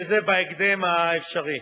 וזה בהקדם האפשרי.